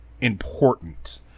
important